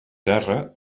terra